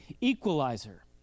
equalizer